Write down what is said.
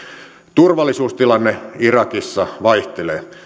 turvallisuustilanne irakissa vaihtelee